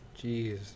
Jeez